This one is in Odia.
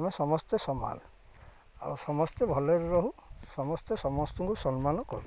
ଆମେ ସମସ୍ତେ ସମାନ ଆଉ ସମସ୍ତେ ଭଲରେ ରହୁ ସମସ୍ତେ ସମସ୍ତଙ୍କୁ ସମ୍ମାନ କରୁ